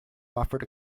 offered